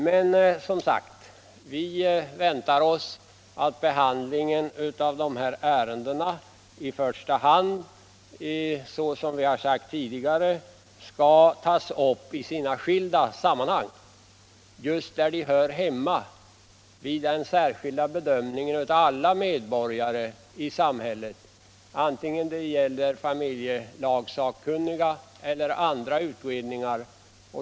Mcn vi väntar oss, såsom sagts tidigare, att behandlingen av sådana 'här ärenden i första hand skall tas upp i de skilda sammanhang där de hör hemma, vid den särskilda bedömningen av alla medborgares problem i samhället — antingen det gäller familjelagssakkunniga eller andra utredningar.